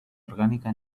orgánica